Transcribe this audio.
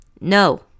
No